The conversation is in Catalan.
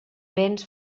béns